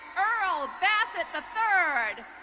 earl bassett the third.